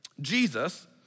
Jesus